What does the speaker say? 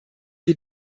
wir